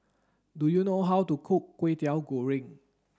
do you know how to cook Kway Teow Goreng